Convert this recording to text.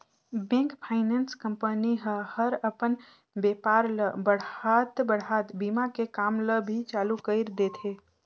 bank, finance company ह हर अपन बेपार ल बढ़ात बढ़ात बीमा के काम ल भी चालू कइर देथे